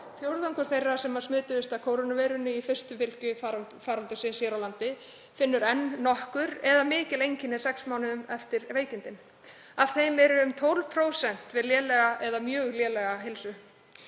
fjórðungur þeirra sem smituðust af kórónuveirunni í fyrstu bylgju faraldursins hér á landi finnur enn nokkur eða mikil einkenni sex mánuðum eftir veikindin. Af þeim eru um 12% við lélega eða mjög lélega heilsu.